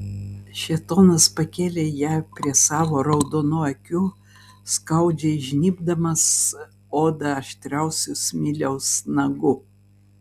šėtonas pakėlė ją prie savo raudonų akių skaudžiai žnybdamas odą aštriausiu smiliaus nagu